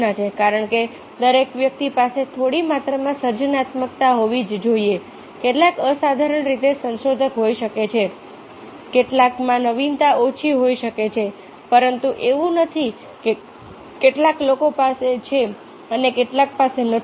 કારણ કે દરેક વ્યક્તિ પાસે થોડી માત્રામાં સર્જનાત્મકતા હોવી જ જોઈએ કેટલાક અસાધારણ રીતે સંશોધક હોઈ શકે છે કેટલાકમાં નવીનતા ઓછી હોઈ શકે છે પરંતુ એવું નથી કે કેટલાક લોકો પાસે છે અને કેટલાક પાસે નથી